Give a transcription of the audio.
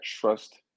trust